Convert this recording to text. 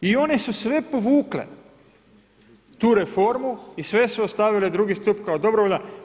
I one su sve povukle, tu reformu i sve su ostavili drugi stup kao dobrovoljan.